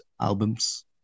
albums